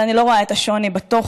אני לא רואה את השוני בתוכן.